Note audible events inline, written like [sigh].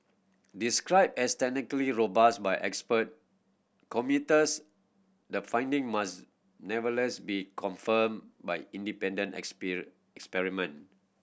described as technically robust by expert commuters the finding must never less be confirmed by independent [unintelligible] experiment